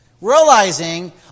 realizing